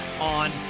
on